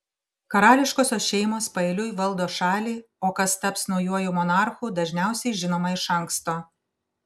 karališkosios šeimos paeiliui valdo šalį o kas taps naujuoju monarchu dažniausiai žinoma iš anksto